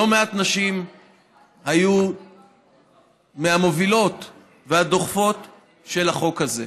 לא מעט נשים היו מהמובילות והדוחפות של החוק הזה.